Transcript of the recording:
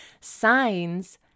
signs